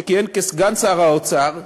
שכיהן כסגן שר האוצר,